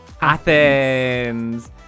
Athens